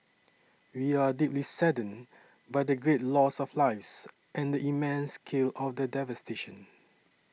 we are deeply saddened by the great loss of lives and the immense scale of the devastation